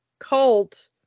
Cult